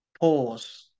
pause